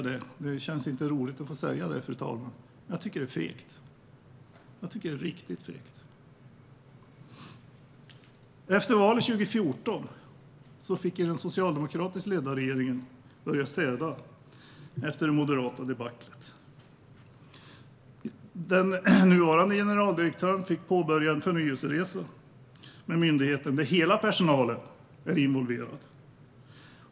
Det känns inte roligt, fru talman, att behöva säga det men jag måste ändå göra det: Jag tycker att det här är riktigt fegt. Efter valet 2014 fick den socialdemokratiskt ledda regeringen börja städa efter det moderata debaclet. Den nuvarande generaldirektören fick påbörja en förnyelseresa med myndigheten, och hela personalen är involverad.